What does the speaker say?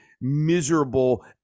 miserable